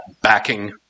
backing